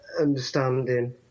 understanding